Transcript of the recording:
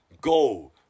Go